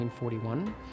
1941